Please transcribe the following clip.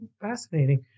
Fascinating